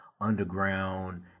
Underground